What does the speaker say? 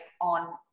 on